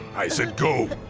i said go!